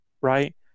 right